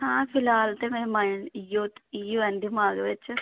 हां फिलहाल ते मेरे माइंड च इयो इयो न दमाग बिच्च